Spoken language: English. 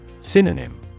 Synonym